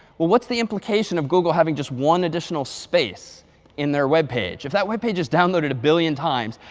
well what's the implication of google having just one additional space in their web page? if that web page is downloaded a billion times,